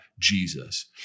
Jesus